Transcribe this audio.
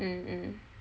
mm mm